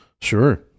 Sure